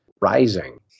rising